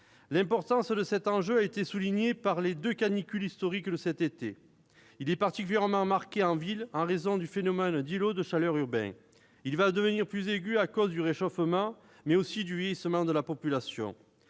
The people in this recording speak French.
L'importance de cet enjeu a été soulignée par les deux canicules historiques de cet été. Il est particulièrement marqué en ville en raison du phénomène d'îlot de chaleur urbain. Il va devenir plus aigu à cause du réchauffement, mais aussi du vieillissement de la population.